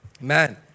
man